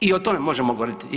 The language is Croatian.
I o tome možemo govoriti.